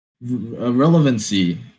Relevancy